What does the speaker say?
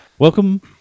Welcome